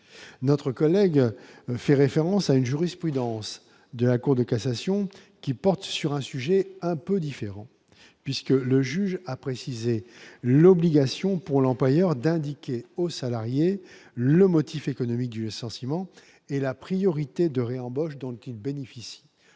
notre collègue fait référence à une jurisprudence de la Cour de cassation qui porte sur un sujet un peu différent puisque le juge a précisé l'obligation pour l'employeur d'indiquer aux salariés le motif économique due essentiellement et la priorité de réembauche dont il bénéficie,